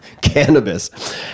cannabis